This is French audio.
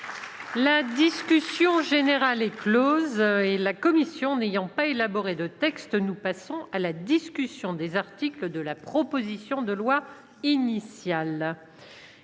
La discussion générale est close. La commission n'ayant pas élaboré de texte, nous passons à la discussion des articles de la proposition de loi initiale.